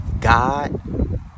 God